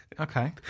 okay